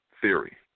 theory